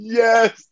yes